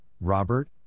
Robert